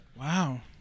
Wow